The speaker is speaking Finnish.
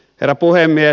herra puhemies